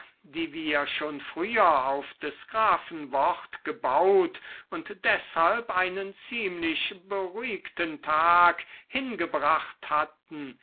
die wir schon früher auf des grafen wort gebaut und deshalb einen ziemlich beruhigten tag hingebracht hatten